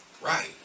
Right